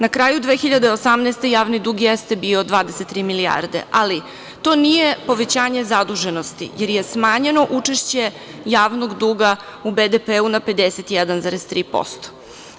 Na kraju 2018. godine javni dug jeste bio 23 milijarde, ali to nije povećanje zaduženosti, jer je smanjeno učešće javnog duga u BDP na 51,3%